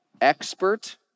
Expert